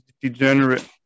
degenerate